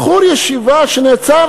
בחור ישיבה שנעצר,